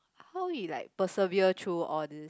how he like persevere through all this